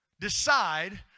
decide